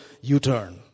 U-turn